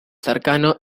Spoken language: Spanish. cercano